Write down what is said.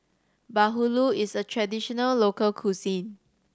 bahulu is a traditional local cuisine